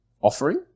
offering